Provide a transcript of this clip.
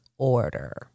order